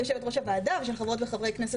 יושבת ראש הוועדה ושל חברות וחברי כנסת